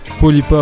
Polypop